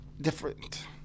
different